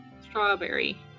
Strawberry